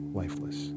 lifeless